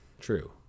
True